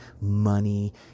money